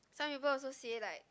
some people also say like